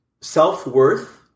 self-worth